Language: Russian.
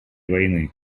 войны